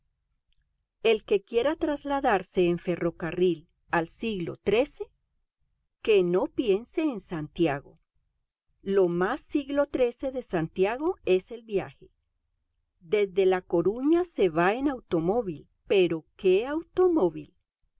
el que quiera trasladarse en ferrocarril al siglo xiii que no piense en santiago lo más siglo xiii de santiago es el viaje desde la coruña se va en automóvil pero qué automóvil